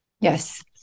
Yes